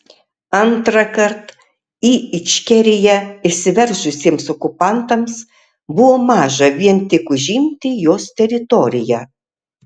antrąkart į ičkeriją įsiveržusiems okupantams buvo maža vien tik užimti jos teritoriją